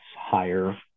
higher